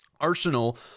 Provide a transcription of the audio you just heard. arsenal